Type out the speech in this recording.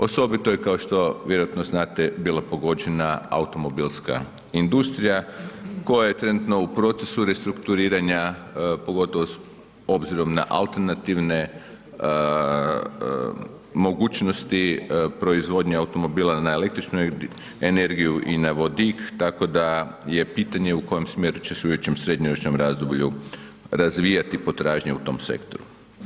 Osobito je kao što vjerojatno znate bila pogođena automobilska industrija koja je trenutno u procesu restrukturiranja pogotovo s obzirom na alternative mogućnosti proizvodnje automobila na električnu energiju i na vodik tako da je pitanje u kojem smjeru će se u idućem srednjoročnom razdoblju razvijati potražnja u tom sektoru.